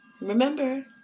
Remember